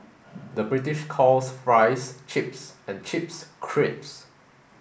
the British calls fries chips and chips crisps